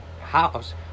house